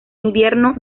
invierno